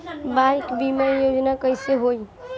Bike बीमा योजना कैसे होई?